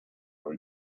where